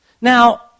Now